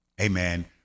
amen